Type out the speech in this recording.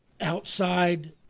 outside